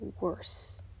worse